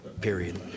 Period